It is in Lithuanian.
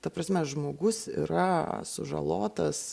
ta prasme žmogus yra sužalotas